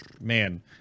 man